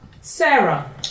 Sarah